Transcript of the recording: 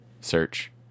Search